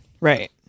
right